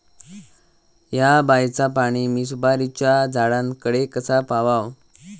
हया बायचा पाणी मी सुपारीच्या झाडान कडे कसा पावाव?